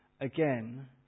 again